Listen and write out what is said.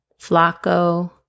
Flacco